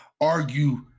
argue